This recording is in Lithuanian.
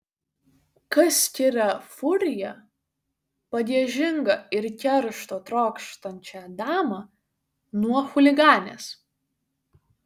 kas skiria furiją pagiežingą ir keršto trokštančią damą nuo chuliganės